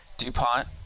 dupont